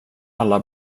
alla